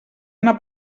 una